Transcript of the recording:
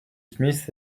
smith